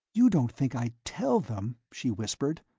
you don't think i'd tell them, she whispered.